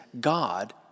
God